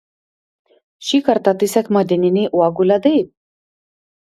šį kartą tai sekmadieniniai uogų ledai